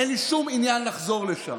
אין לי שום עניין לחזור לשם.